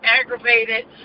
aggravated